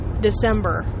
December